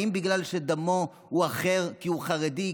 האם בגלל שדמו הוא אחר כי הוא חרדי?